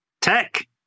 Tech